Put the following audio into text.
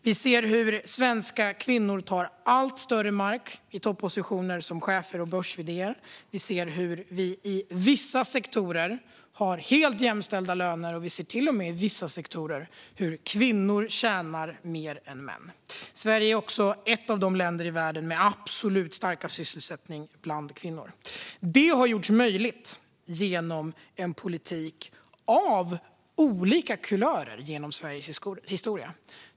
Vi ser hur svenska kvinnor vinner alltmer mark i toppositioner, som chefer och börs-vd:ar. Vi ser hur vi i vissa sektorer har helt jämställda löner och hur kvinnor i vissa sektorer till och med tjänar mer än män. Sverige är också ett av de länder i världen som har absolut starkast sysselsättning bland kvinnor. Detta har gjorts möjligt genom en politik av olika kulörer genom Sveriges historia.